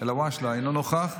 אלון שוסטר, אינו נוכח,